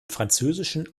französischen